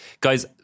Guys